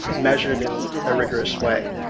measured in a rigorous way,